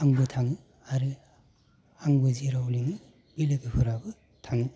आंबो थाङो आरो आंबो जेराव लेङो बे लोगोफोराबो थाङो